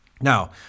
Now